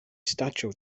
staĉjo